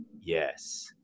Yes